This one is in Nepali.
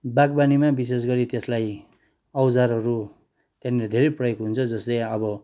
बागवानीमा विशेष गरी त्यसलाई औजारहरू त्यहाँनिर धेरै प्रयोग हुन्छ जस्तै अब